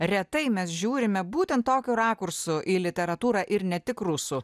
retai mes žiūrime būtent tokiu rakursu į literatūrą ir ne tik rusų